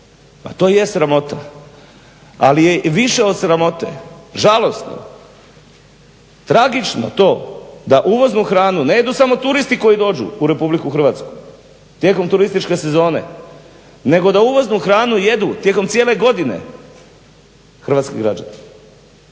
To je sramota. Ali je više od sramote žalosno, tragično to da uvoznu hranu ne jedu samo turisti koji dođu u RH tijekom turističke sezone nego da uvoznu hranu jedu tijekom cijele godine hrvatski građani.